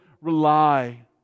rely